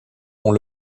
ont